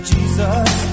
Jesus